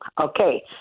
Okay